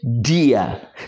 dear